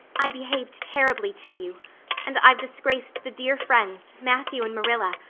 i behaved terribly to you and i've disgraced the dear friends, matthew and marilla,